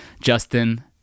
justin